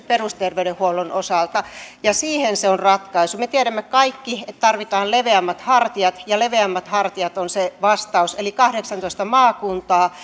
perusterveydenhuollon osalta ja siihen se on ratkaisu me tiedämme kaikki että tarvitaan leveämmät hartiat ja leveämmät hartiat on se vastaus eli kahdeksantoista maakuntaa